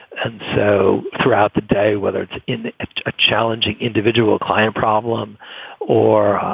and so throughout the day, whether it's in a challenging individual client problem or